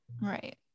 Right